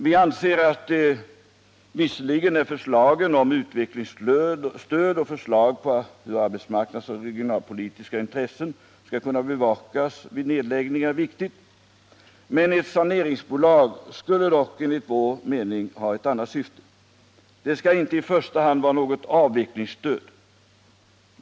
Visserligen är det viktigt att förslaget om utvecklingsstöd och förslagen om att arbetsmarknadspolitiska intressen skall beaktas vid en nedläggning vinner bifall, men ett saneringsbolag skulle enligt vår mening ha ett annat syfte. Det skall inte i första hand vara något avvecklingsstöd.